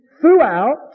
throughout